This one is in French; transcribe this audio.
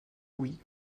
louis